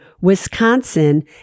Wisconsin